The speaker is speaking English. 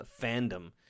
fandom